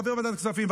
הוא חבר ועדת הכספים,